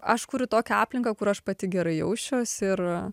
aš kuriu tokią aplinką kur aš pati gerai jaučiuosi ir